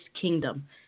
kingdom